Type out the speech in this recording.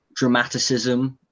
dramaticism